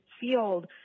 field